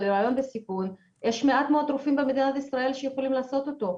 אבל היריון בסיכון יש מעט מאוד רופאים במדינת ישראל שיכולים לעשות אותו,